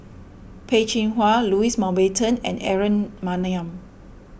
Peh Chin Hua Louis Mountbatten and Aaron Maniam